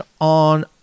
on